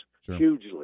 hugely